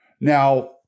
Now